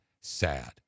sad